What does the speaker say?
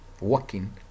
working